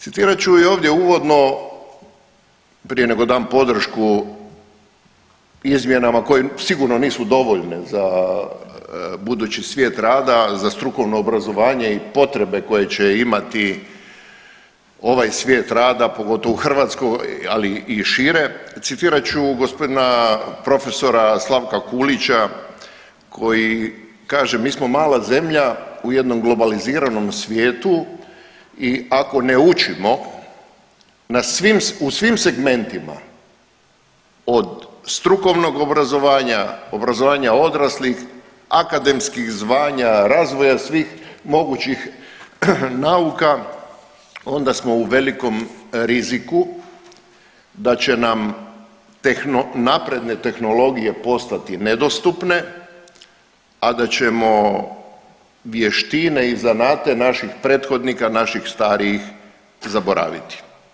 Citirat ću i ovdje uvodno prije nego dam podršku izmjenama koje sigurno nisu dovoljne za budući svijet rada, za strukovno obrazovanje i potrebe koje će imati ovaj svijet rada pogotovo u Hrvatskoj ali i šire, citirat ću gospodina profesora Slavka Kulića koji kaže, mi smo mala zemlja u jednom globalizirano svijetu i ako ne učimo na svim, u svim segmentima od strukovnog obrazovanja, obrazovanja odraslih, akademskih zvanja, razvoja svih mogućih nauka onda smo u velikom riziku da će nam napredne tehnologije postati nedostupne, a da ćemo vještine i znate naših prethodnika naših starijih zaboraviti.